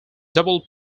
double